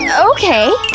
ah okay,